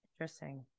interesting